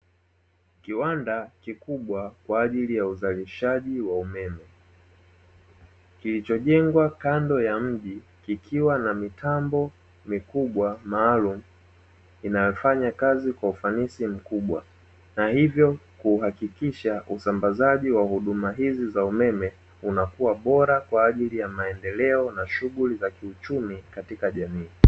Kiwanda kikubwa kwa ajili ya uzalishaji wa umeme kilichojengwa kando ya mji kikiwa na mitambo mikubwa maalum inayofanya kazi kwa ufanisi mkubwa na hivyo kuhakikisha usambazaji wa huduma hizi za umeme unakuwa bora kwa ajili ya maendeleo na shughuli za kiuchumi katika jamii